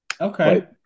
okay